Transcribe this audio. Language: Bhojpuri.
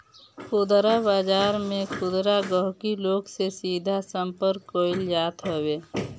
खुदरा बाजार में खुदरा गहकी लोग से सीधा संपर्क कईल जात हवे